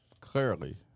clearly